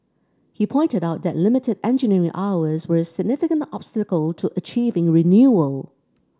he pointed out that limited engineering hours were a significant obstacle to achieving renewal